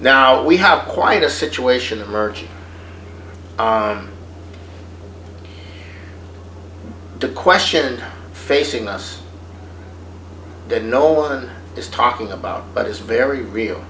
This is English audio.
now we have quite a situation emerge the question facing us that no one is talking about but is very real